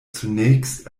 zunächst